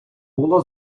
було